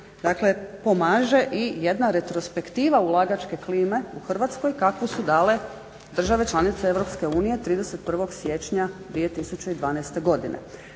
uveliko pomaže i jedna retrospektiva ulagačke klime u Hrvatskoj kakvu su dale države članice Europske unije 31.siječnja 2012.godine.